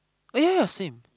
oh ya ya same